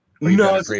No